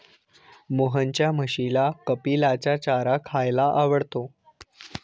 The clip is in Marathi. मोहनच्या म्हशीला कपिलाचा चारा खायला आवडतो